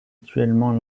actuellement